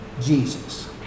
Jesus